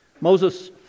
Moses